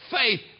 faith